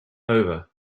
over